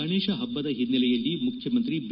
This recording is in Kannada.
ಗಣೇಶ ಹಬ್ಬದ ಹಿನ್ನೆಲೆಯಲ್ಲಿ ಮುಖ್ಯಮಂತ್ರಿ ಬಿ